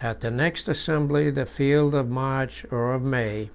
at the next assembly, the field of march or of may,